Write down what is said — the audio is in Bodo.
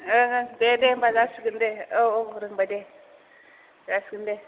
ओं ओं दे दे होमबा जासिगोन दे औ औ रोंबाय दे जासिगोन दे